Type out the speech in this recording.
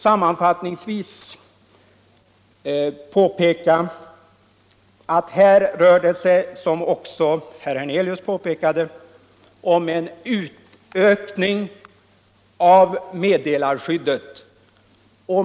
Sammanfattningsvis vill jag påpeka att det här rör sig om — som också herr Hernelius framhöll — en utökning av meddelarskyddet.